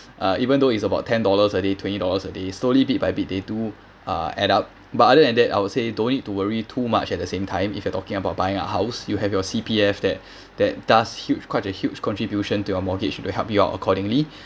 uh even though it's about ten dollars a day twenty dollars a day slowly bit by bit they do uh add up but other than that I would say you don't need to worry too much at the same time if you're talking about buying a house you have your C_P_F that that does huge quite a huge contribution to your mortgage to help you up accordingly